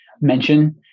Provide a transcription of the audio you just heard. mention